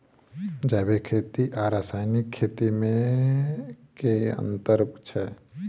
जैविक खेती आ रासायनिक खेती मे केँ अंतर छै?